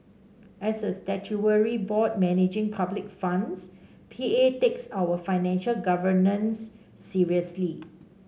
as a statutory board managing public funds P A takes our financial governance seriously